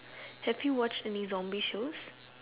have you watched any zombie shows